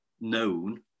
known